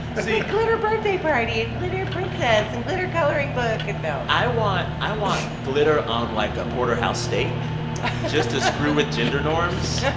so yeah glitter birthday party and glitter princess and glitter coloring book. and no i want i want glitter on, like, a porterhouse steak just to screw with gender norms